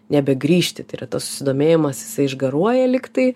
nebegrįžti tai yra tas susidomėjimas jisai išgaruoja lyg tai